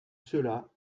cela